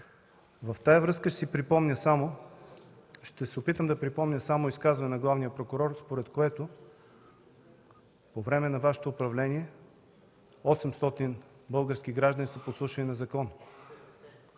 В тази връзка ще се опитам да припомня само изказване на главния прокурор, според което, по време на Вашето управление 800 български граждани са подслушвани незаконно.